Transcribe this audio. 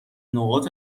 نقاط